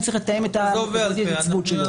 אני צריך לתאם את מועד ההתייצבות שלו,